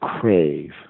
crave